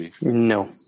No